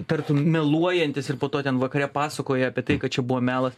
tartum meluojantis ir po to ten vakare pasakoja apie tai kad čia buvo melas